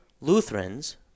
Lutherans